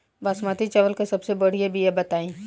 बासमती चावल के सबसे बढ़िया बिया बताई?